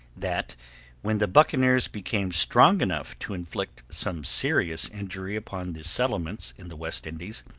that when the buccaneers became strong enough to inflict some serious injury upon the settlements in the west indies,